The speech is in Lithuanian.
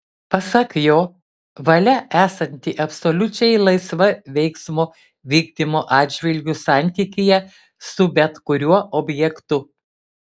pasak jo valia esanti absoliučiai laisva veiksmo vykdymo atžvilgiu santykyje su bet kuriuo objektu